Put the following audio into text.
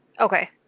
Okay